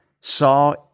saw